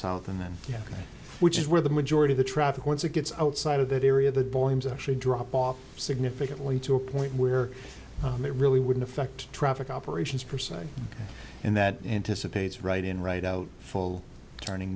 south and then yeah which is where the majority the traffic once it gets outside of that area that boy was actually dropped off significantly to a point where it really wouldn't affect traffic operations per se and that anticipates right in right out fall turning